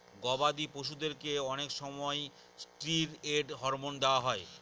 গবাদি পশুদেরকে অনেক সময় ষ্টিরয়েড হরমোন দেওয়া হয়